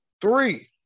Three